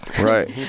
right